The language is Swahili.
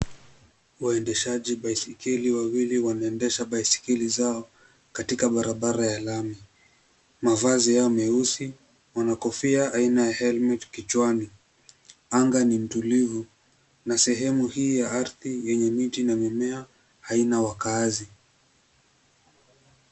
Uendeshaji baiskeli, wawili wanaendesha baiskeli zao katika barabara ya lami. Navazi yao meusi na kofia aina ya (cs)helmet(cs) kichwani. Anga ni tulivu na sehemu hii ya ardhi yenye miti na mimea haina wakaazi.